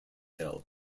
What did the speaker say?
hill